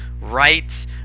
rights